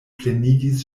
plenigis